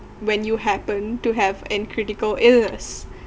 when you happen to have an critical illness